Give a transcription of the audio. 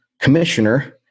Commissioner